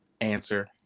answer